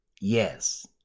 Yes